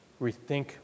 Rethink